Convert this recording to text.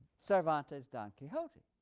cervantes' don quixote,